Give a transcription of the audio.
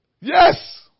Yes